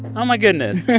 oh, my goodness